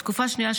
בתקופה השנייה,